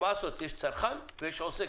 מה לעשות, יש צרכן ויש עוסק.